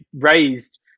raised